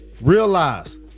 Realize